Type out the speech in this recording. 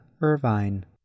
Irvine